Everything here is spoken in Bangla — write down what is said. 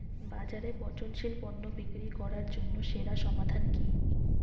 বাজারে পচনশীল পণ্য বিক্রি করার জন্য সেরা সমাধান কি?